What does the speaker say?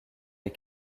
les